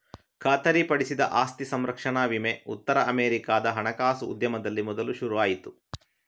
ಖಾತರಿಪಡಿಸಿದ ಆಸ್ತಿ ಸಂರಕ್ಷಣಾ ವಿಮೆ ಉತ್ತರ ಅಮೆರಿಕಾದ ಹಣಕಾಸು ಉದ್ಯಮದಲ್ಲಿ ಮೊದಲು ಶುರು ಆಯ್ತು